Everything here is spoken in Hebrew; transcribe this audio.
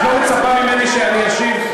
את לא מצפה ממני שאני אשיב,